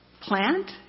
plant